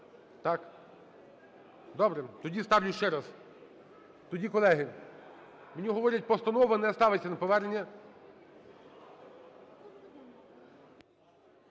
Добре, тоді ставлю ще раз. Тоді, колеги, мені говорять, постанова не ставиться на повернення.